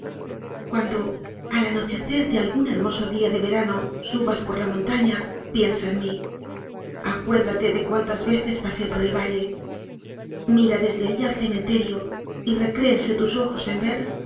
cuando al anochecer de algún hermoso día de verano subas por la montaña piensa en mí acuérdate de cuántas veces pasé por el valle mira desde alli al cementerio y recréense tus ojos en ver